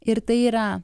ir tai yra